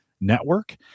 network